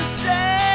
say